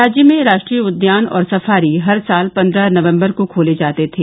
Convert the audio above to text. राज्य में राष्ट्रीय उद्यान और सफारी हर साल पन्द्रह नवम्बर को खोले जाते थे